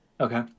Okay